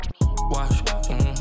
Watch